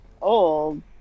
old